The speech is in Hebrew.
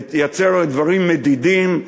לייצר דברים מדידים,